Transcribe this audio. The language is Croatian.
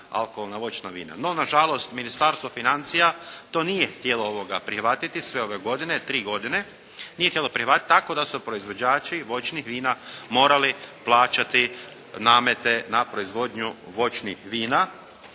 alkohol na voćno vino. No, nažalost Ministarstvo financija to nije htjelo prihvatiti sve ove godine, tri godine nije htjelo prihvatiti, tako da su proizvođači voćnih vina morali plaćati namete na proizvodnju voćnih vina.